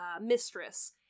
mistress